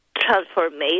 transformation